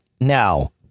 now